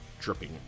dripping